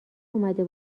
اومده